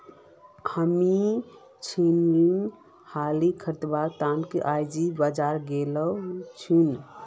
हामी छेनी हल खरीदवार त न आइज बाजार गेल छिनु